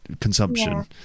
consumption